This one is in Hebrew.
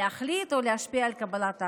להחליט או להשפיע על קבלת ההחלטות.